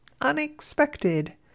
unexpected